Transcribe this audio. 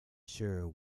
sure